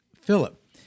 Philip